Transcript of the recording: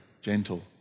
gentle